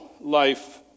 life